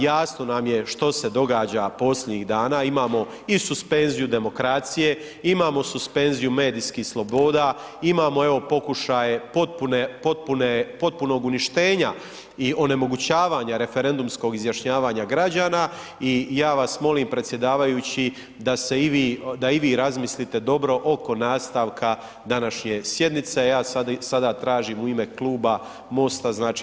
Jasno nam je što se događa posljednjih dana, imamo i suspenziju demokracije, imamo suspenziju medijskih sloboda, imamo evo, pokušaje, potpune, potpune, potpunog uništenja i onemogućavanja referendumskog izjašnjavanja građana i ja vas molim predsjedavajući da i vi razmislite dobro oko nastavka današnje sjednice, ja sada tražim u ime Kluba MOST-a, znači.